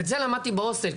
ואת זה למדתי בהוסטל.